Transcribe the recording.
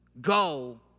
go